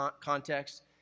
context